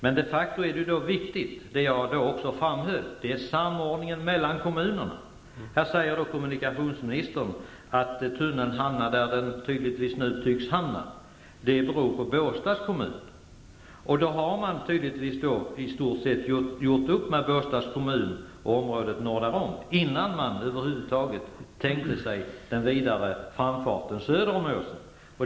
Men det som de facto är viktigt är det som jag också framhöll, nämligen samordningen mellan kommunerna. Här säger kommunikationsministern att tunneln hamnar där den nu uppenbarligen tycks hamna, och att det beror på Båstads kommun. Där har man tydligtvis gjort upp med Båstads kommun, och även när det gäller området norr därom, innan man över huvud taget var på det klara med hur man tänkte sig den vidare framfarten söder om åsen.